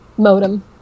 Modem